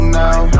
now